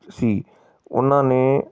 ਸੀ ਉਹਨਾਂ ਨੇ